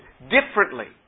differently